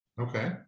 Okay